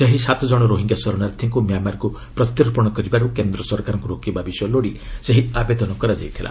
ସେହି ସାତ ଜଣ ରୋହିଙ୍ଗ୍ୟା ଶରଣାର୍ଥୀଙ୍କୁ ମ୍ୟାମାର୍କୁ ପ୍ରତ୍ୟର୍ପଣ କରିବାରୁ କେନ୍ଦ୍ର ସରକାରଙ୍କୁ ରୋକିବା ବିଷୟ ଲୋଡ଼ି ସେହି ଆବେଦନ କରାଯାଇଥିଲା